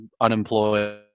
unemployed